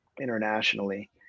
Internationally